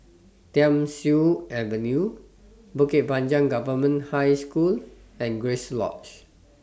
Thiam Siew Avenue Bukit Panjang Government High School and Grace Lodge